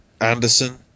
Anderson